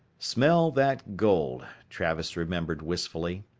smell that gold, travis remembered wistfully.